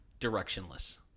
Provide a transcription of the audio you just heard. directionless